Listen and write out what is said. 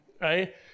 Right